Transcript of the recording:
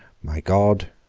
my god,